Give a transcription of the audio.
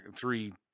three